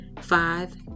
Five